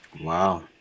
Wow